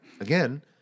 Again